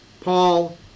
Paul